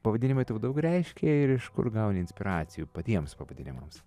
pavadinimai tau daug reiškė ir iš kur gauni inspiracijų patiems pavadinimams